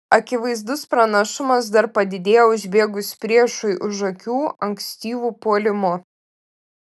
akivaizdus pranašumas dar padidėjo užbėgus priešui už akių ankstyvu puolimu